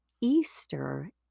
Easter